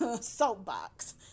soapbox